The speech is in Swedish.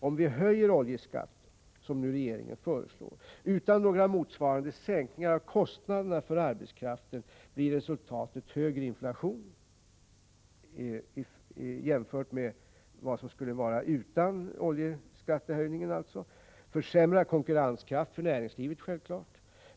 Om vi höjer oljeskatten, som regeringen nu föreslår, utan några motsvarande sänkningar av kostnaderna för arbetskraften, blir resultatet högre inflation jämfört med den nivå som inflationen skulle ha legat på utan en oljeskattehöjning och, självfallet, försämrad konkurrenskraft för näringslivet.